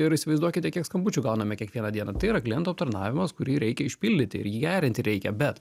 ir įsivaizduokite kiek skambučių gauname kiekvieną dieną tai yra kliento aptarnavimas kurį reikia išpildyti ir jį gerinti reikia bet